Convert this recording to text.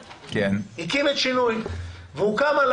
הקים את שינוי והוא קם על